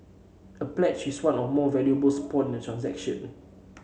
a pledge is one or more valuables pawned in a transaction